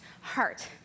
heart